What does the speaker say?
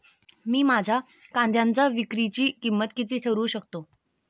मी माझ्या कांद्यांच्या विक्रीची किंमत किती ठरवू शकतो?